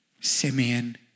Simeon